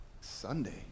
Sunday